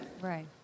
Right